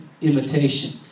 imitation